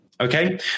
Okay